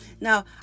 now